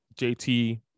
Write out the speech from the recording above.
JT